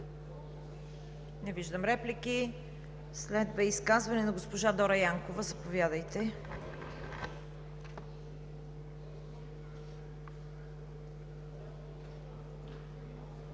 Не виждам. Следва изказване на госпожа Дора Янкова. Заповядайте.